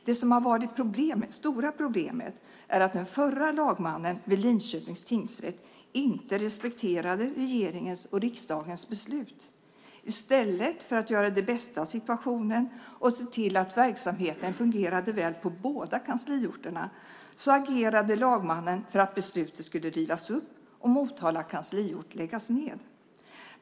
Det som varit det stora problemet är att den förra lagmannen vid Linköpings tingsrätt inte respekterade regeringens och riksdagens beslut. I stället för att göra det bästa av situationen och se till att verksamheten fungerade väl på båda kansliorterna agerade lagmannen för att beslutet skulle rivas upp och Motala kansliort läggas ned.